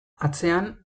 atzean